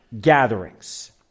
gatherings